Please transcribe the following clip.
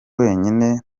wenyine